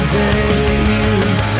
days